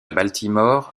baltimore